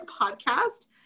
podcast